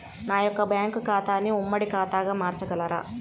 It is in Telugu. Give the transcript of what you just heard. నా యొక్క బ్యాంకు ఖాతాని ఉమ్మడి ఖాతాగా మార్చగలరా?